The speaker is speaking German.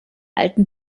alten